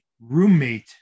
roommate